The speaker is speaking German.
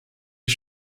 des